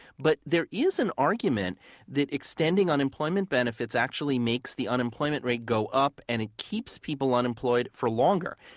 but there is an argument that extending unemployment benefits actually makes the unemployment rate go up and it keeps people unemployed for longer.